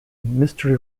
mystery